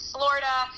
Florida